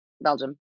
Belgium